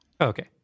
Okay